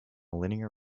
linear